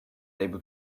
able